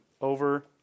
over